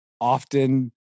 often